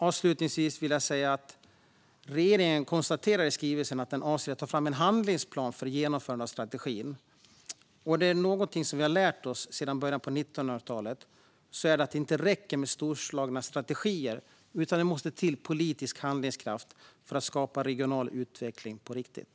Avslutningsvis: Regeringen konstaterar i skrivelsen att man avser att ta fram en handlingsplan för genomförandet av strategin. Är det något vi har lärt oss sedan början av 1900-talet är det att det inte räcker med storslagna strategier utan att det måste till politisk handlingskraft för att skapa regional utveckling på riktigt.